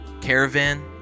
caravan